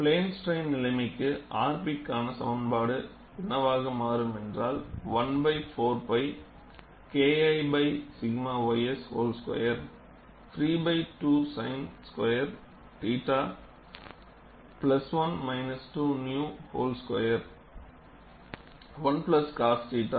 plane strain நிலைமைக்கு rp க்கான சமன்பாடு என்னவாக மாறும் என்றால் 1 by 4π KI by 𝛔 ys whole square 3 by 2 sin square θ plus 1 minus 2 𝝼 whole square 1 plus cos θ